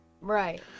Right